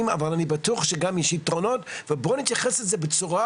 אבל אני בטוח שגם יש יתרונות ובואו נתייחס לזה בצורה